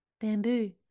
Bamboo